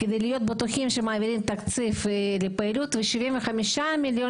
כדי להיות בטוחים שמעבירים תקציב לפעילות ו-75 מיליון